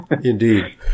Indeed